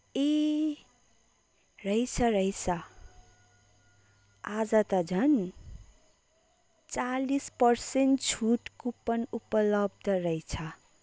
ए रहेछ रहेछ आज त झन् चालिस पर्सेन्ट छुट कुपन उपलब्द रहेछ